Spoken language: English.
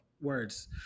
words